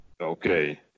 okay